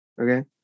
okay